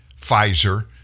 Pfizer